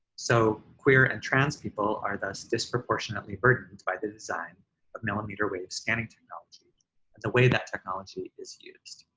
so, queer and trans people are thus disproportionately burdened by the design of millimeter wave scanning technology and the way that technology is used.